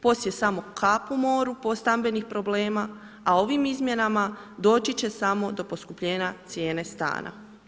POS je samo kap u moru stambenih problema, a ovim izmjenama doći će samo do poskupljenja cijene stana.